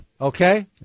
Okay